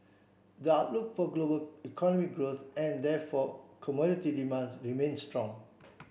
the outlook for global economic growth and therefore commodity demands remain strong